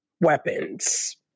weapons